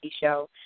Show